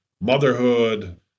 motherhood